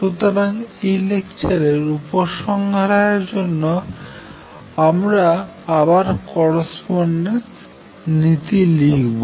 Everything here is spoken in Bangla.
সুতরাং এই লেকচারের উপসংহার এর জন্য আমরা আবার করস্পন্ডেন্স নীতি লিখব